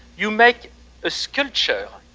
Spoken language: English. you make a sculpture.